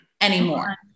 anymore